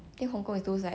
ya not that bad